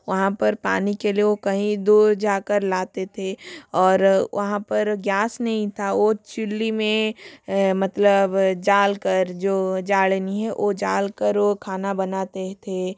वहाँ पर पानी के लिए वो कहीं दूर जा कर लाते थे और वहाँ पर गैस नहीं था और चुल्हे में मतलब जला कर जो झाड़ नहीं है वो जला कर वो खाना बनाते थे